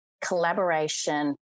collaboration